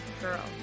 girl